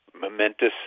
momentous